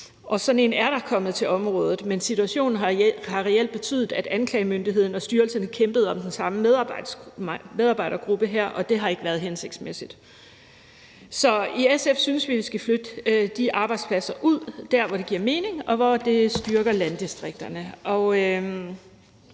og sådan en er der kommet til området, men situationen har reelt betydet, at anklagemyndigheden og styrelserne kæmpede om den samme medarbejdergruppe her, og det har ikke været hensigtsmæssigt. Så i SF synes vi, at vi skal flytte de arbejdspladser ud der, hvor det giver mening, og hvor det styrker landdistrikterne.